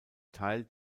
teil